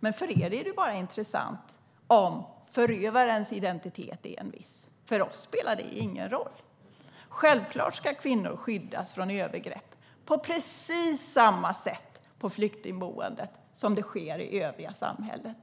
Men för er är det bara förövarens identitet som är intressant. För oss spelar det ingen roll. Självklart ska kvinnor skyddas från övergrepp på precis samma sätt i flyktingboenden som i övriga samhället.